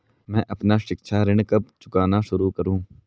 मैं अपना शिक्षा ऋण कब चुकाना शुरू करूँ?